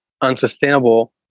unsustainable